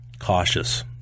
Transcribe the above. cautious